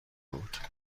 بود